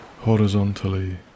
horizontally